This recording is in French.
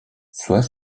soit